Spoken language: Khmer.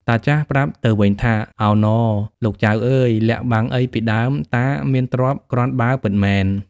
តាចាស់ប្រាប់ទៅវិញថា “ ឱហ្ន៎! លោកចៅអើយ! លាក់បាំងអ៊ីពីដើមតាមានទ្រព្យគ្រាន់បើពិតមែន។